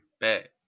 bet